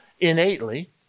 innately